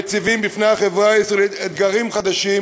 המציבים בפני החברה הישראלית אתגרים חדשים,